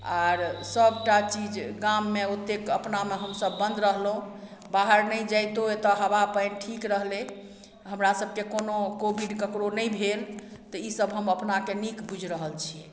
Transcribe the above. आर सभटा चीज गाम मे ओतेक अपना मे हमसब बन्द रहलहुॅं बाहर नहि जाइतो एतय हवा पानि ठीक रहलै हमरा सबके कोनो कोविड ककरो नहि भेल तऽ ई सब हम अपना के नीक बुझि रहल छियै